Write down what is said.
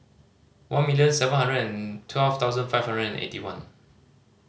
one million seven hundred and twelve thousand five hundred and eighty one